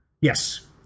Yes